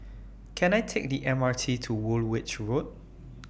Can I Take The M R T to Woolwich Road